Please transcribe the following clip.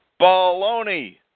Baloney